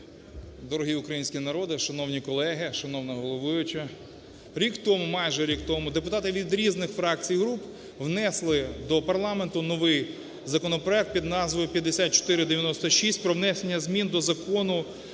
дорогий український народе, шановні колеги, шановна головуюча! Рік тому, майже рік тому депутати від різних фракцій і груп внесли до парламенту новий законопроект під назвою (5496) про внесення змін до Закону